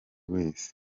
wese